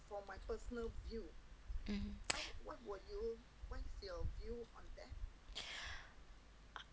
mm